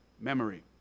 memory